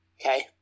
okay